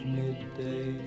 midday